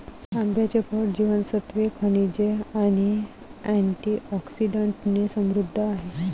आंब्याचे फळ जीवनसत्त्वे, खनिजे आणि अँटिऑक्सिडंट्सने समृद्ध आहे